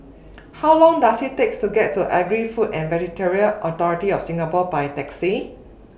How Long Does IT Take to get to Agri Food and Veterinary Authority of Singapore By Taxi